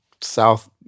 South